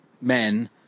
men